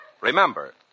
Remember